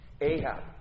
Ahab